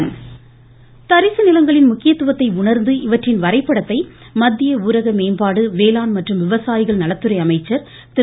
துத்த்த நரேந்கிரசிங்ட தோமர் தரிசுநிலங்களின் முக்கியத்துவத்தை உண்ந்து இவற்றின் வரைபடத்தை மத்திய உளரக மேம்பாடு வேளாண் மற்றும் விவசாயிகள் நலத்துறை அமைச்சர் திரு